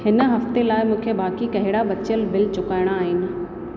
हिन हफ़्ते लाइ मूंखे बाक़ी कहिड़ा बचियल बिल चुकाइणा आहिनि